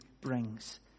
brings